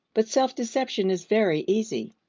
but self-deception is very easy.